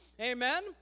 Amen